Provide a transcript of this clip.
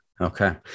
okay